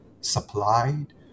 supplied